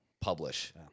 publish